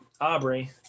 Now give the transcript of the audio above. Aubrey